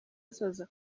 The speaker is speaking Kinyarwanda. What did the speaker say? azaza